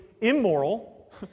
immoral